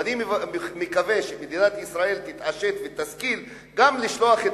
ואני מקווה שמדינת ישראל תתעשת ותשכיל גם לשלוח את